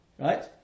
Right